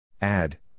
Add